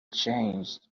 changed